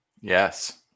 Yes